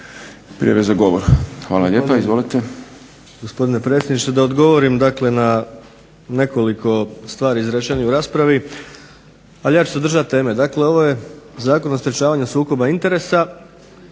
prijave za govor. Hvala lijepa. Izvolite.